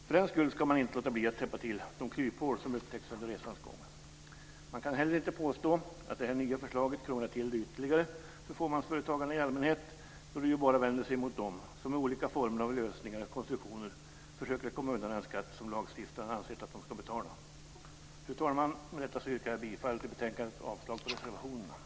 För den skull kan man inte låta bli att täppa till de kryphål som upptäckts under resans gång. Man kan heller inte påstå att detta nya förslag krånglar till det ytterligare för fåmansföretagarna i allmänhet då det ju bara vänder sig mot dem som med olika former av lösningar och konstruktioner försöker att komma undan den skatt som lagstiftaren ansett att de ska betala. Fru talman! Med detta yrkar jag bifall till utskottets förslag i betänkandet och avslag på reservationen.